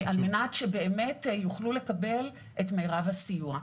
על מנת שבאמת יוכלו לקבל את מירב הסיוע.